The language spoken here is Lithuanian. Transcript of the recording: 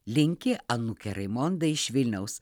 linki anūkė raimonda iš vilniaus